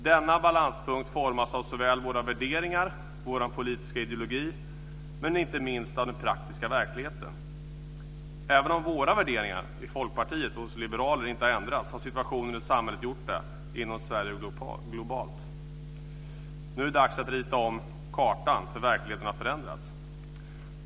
Denna balanspunkt formas såväl av våra värderingar och vår politiska ideologi som, inte minst, av den praktiska verkligheten. Även om våra värderingar i Folkpartiet inte har ändrats har situationen i samhället gjort det, inom Sverige och globalt. Nu är det dags att rita om kartan, för verkligheten har förändrats.